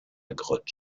grotte